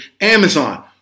Amazon